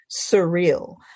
surreal